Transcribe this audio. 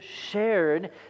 shared